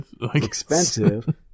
expensive